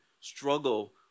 struggle